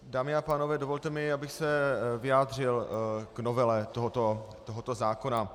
Dámy a pánové, dovolte mi, abych se vyjádřil k novele tohoto zákona.